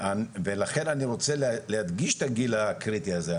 ולכן אני רוצה להדגיש את הגיל הקריטי הזה.